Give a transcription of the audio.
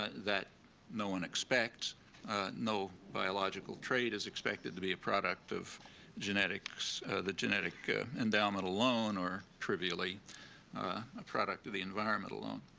that no one expects no biological trade is expected to be a product of the genetic endowment alone, or trivially a product of the environment alone.